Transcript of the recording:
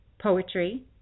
poetry